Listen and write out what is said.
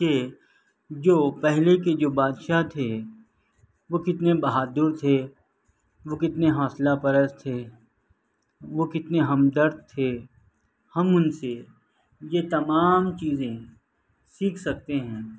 کہ جو پہلے کے جو بادشاہ تھے وہ کتنے بہادر تھے وہ کتنے حوصلہ پرست تھے وہ کتنے ہمدرد تھے ہم ان سے یہ تمام چیزیں سیکھ سکتے ہیں